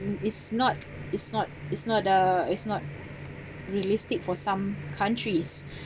it's not it's not it's not a it's not realistic for some countries